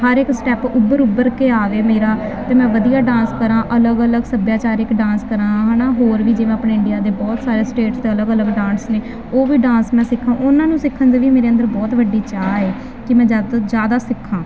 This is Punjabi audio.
ਹਰ ਇੱਕ ਸਟੈਪ ਉੱਭਰ ਉੱਭਰ ਕੇ ਆਵੇ ਮੇਰਾ ਅਤੇ ਮੈਂ ਵਧੀਆ ਡਾਂਸ ਕਰਾਂ ਅਲੱਗ ਅਲੱਗ ਸੱਭਿਆਚਾਰਿਕ ਡਾਂਸ ਕਰਾਂ ਹੈ ਨਾ ਹੋਰ ਵੀ ਜਿਵੇਂ ਆਪਣੇ ਇੰਡੀਆ ਦੇ ਬਹੁਤ ਸਾਰੇ ਸਟੇਟ ਦੇ ਅਲੱਗ ਅਲੱਗ ਡਾਂਸ ਨੇ ਉਹ ਵੀ ਡਾਂਸ ਮੈਂ ਸਿੱਖਾਂ ਉਹਨਾਂ ਨੂੰ ਸਿੱਖਣ ਦੇ ਵੀ ਮੇਰੇ ਅੰਦਰ ਬਹੁਤ ਵੱਡੀ ਚਾਅ ਹੈ ਕਿ ਮੈਂ ਜ਼ਿਆਦਾ ਤੋਂ ਜ਼ਿਆਦਾ ਸਿੱਖਾਂ